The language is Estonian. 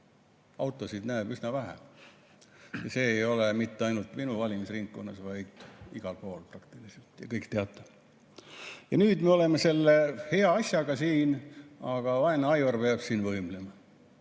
Autosid näeb üsna vähe. See ei ole nii mitte ainult minu valimisringkonnas, vaid igal pool, te kõik teate. Ja nüüd me oleme selle hea asjaga siin, aga vaene Aivar peab siin võimlema